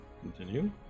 Continue